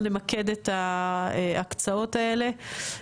נמקד את ההקצאות האלה,